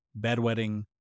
bedwetting